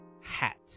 hat